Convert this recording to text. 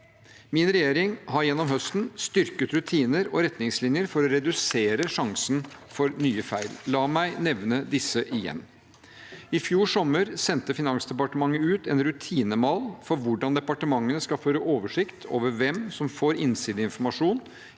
Min regjering har gjennom høsten styrket rutiner og retningslinjer for å redusere sjansen for nye feil. La meg nevne disse igjen. I fjor sommer sendte Finansdepartementet ut en rutinemal for hvordan departementene skal føre oversikt over hvem som får innsideinformasjon